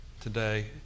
today